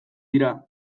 dira